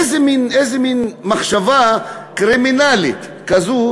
איזה מין מחשבה קרימינלית כזו,